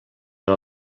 per